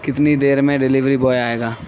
کتنی دیر میں ڈلیوری بوائے آئے گا